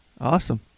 awesome